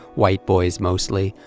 white boys mostly,